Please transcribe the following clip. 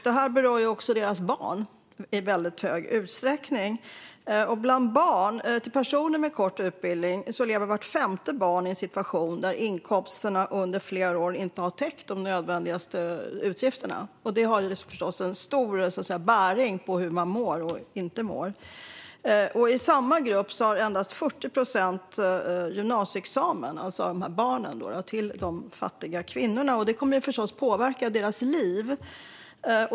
Det berör också deras barn i hög utsträckning. Tittar man på barnen till personer med kort utbildning kan man se att vart femte barn lever i en situation där inkomsterna under flera år inte har täckt de nödvändigaste utgifterna. Det har förstås stor bäring på hur de mår. I samma grupp har endast 40 procent gymnasieexamen - vi talar alltså om barnen till de fattiga kvinnorna. Det kommer förstås att påverka deras liv.